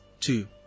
two